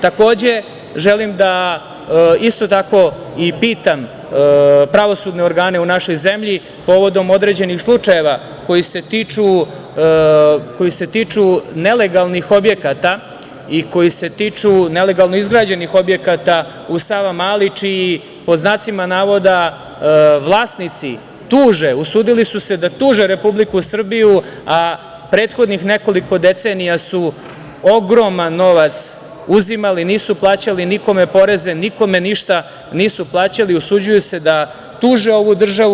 Takođe, želim da isto tako i pitam pravosudne organe u našoj zemlji povodom određenih slučajeva koji se tiču nelegalnih objekata i koji se tiču nelegalno izgrađenih objekata u Savamali čiji pod znacima navoda vlasnici tuže, usudili su se da tuže Republiku Srbiju, a prethodnih nekoliko decenija su ogroman novac uzimali, nisu plaćali nikome poreze, nikome ništa nisu plaćali, usuđuju se da tuže ovu državu.